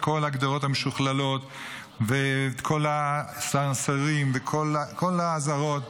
כל הגדרות המשוכללות ואת כל הסנסורים וכל האזהרות.